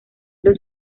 los